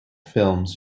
films